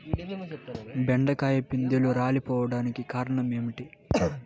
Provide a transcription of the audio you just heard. బెండకాయ పిందెలు రాలిపోవడానికి కారణం ఏంటి?